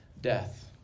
death